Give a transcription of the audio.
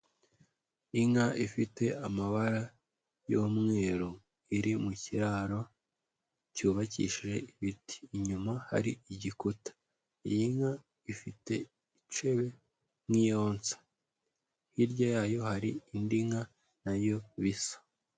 Inka ifite amabara y'umweru iri mu kiraro, cyubakishije ibiti, inyuma hari igikuta. Iyi nka ifite icebe nk'iyonsa, hirya yayo, hari indi nka nayo bisa.